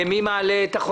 מי מציג?